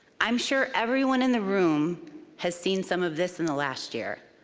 i'm sure everyone in the room has seen some of this in the last year.